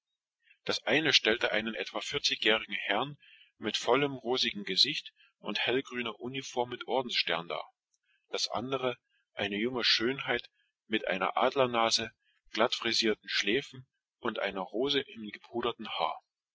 das eine von ihnen stellte einen mann von etwa vierzig jahren dar der in seiner hellgrünen ordengeschmückten uniform voll und blühend aussah das andere eine junge schönheit mit einer adlernase mit elegant gekräuseltem haar über den schläfen und einer rose in den gepuderten haaren